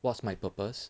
what's my purpose